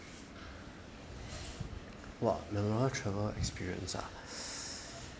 what memorable experience ah